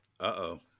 uh-oh